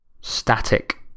static